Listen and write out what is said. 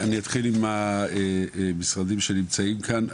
אני אתחיל עם המשרדים שנמצאים כאן,